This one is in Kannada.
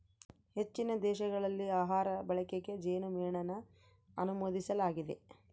ಹೆಚ್ಚಿನ ದೇಶಗಳಲ್ಲಿ ಆಹಾರ ಬಳಕೆಗೆ ಜೇನುಮೇಣನ ಅನುಮೋದಿಸಲಾಗಿದೆ